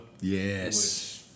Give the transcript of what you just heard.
Yes